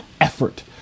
effort